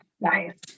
Nice